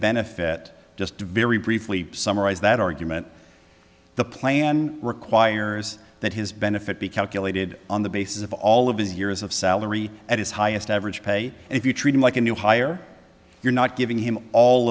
benefit just very briefly summarize that argument the plan requires that his benefit be calculated on the basis of all of his years of salary at his highest average pay if you treat him like a new hire you're not giving him all